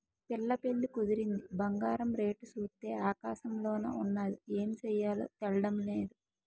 పిల్ల పెళ్లి కుదిరింది బంగారం రేటు సూత్తే ఆకాశంలోన ఉన్నాది ఏమి సెయ్యాలో తెల్డం నేదు